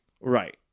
Right